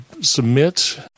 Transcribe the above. submit